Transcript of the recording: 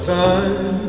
time